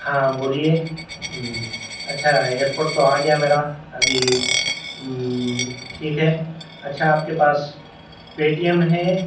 ہاں بولیے اچھا ایئر پورٹ تو آ گیا میرا ابھی ٹھیک ہے اچھا آپ کے پاس پے ٹی ایم ہے